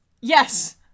Yes